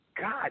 God